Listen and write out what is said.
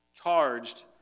charged